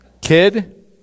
Kid